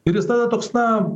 ir jis tada toks na